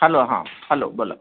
hello हां hello बोला